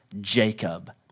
Jacob